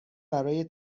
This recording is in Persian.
برای